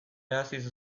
haziz